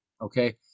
okay